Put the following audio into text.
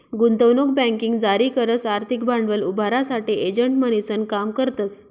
गुंतवणूक बँकिंग जारी करस आर्थिक भांडवल उभारासाठे एजंट म्हणीसन काम करतस